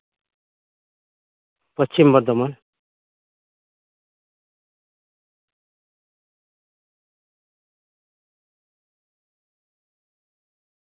Paschim Bardhaman